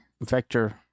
Vector